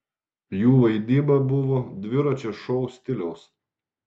jų vaidyba buvo dviračio šou stiliaus